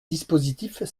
dispositif